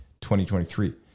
2023